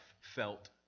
felt